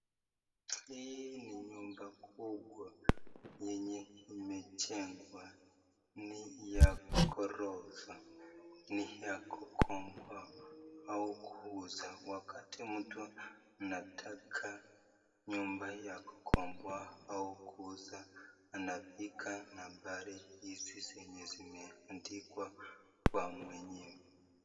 Hii ni nyumba kubwa yenye imejengwa ni ya ghorofa, ni ya kukomboa au kuuza wakati mtu anataka nyumba ya kukomboa au kuuza anapiga nambari hizi zenye zimeandikwa kwa mwenyewe